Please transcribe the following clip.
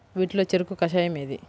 వీటిలో చెరకు కషాయం ఏది?